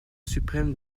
suprême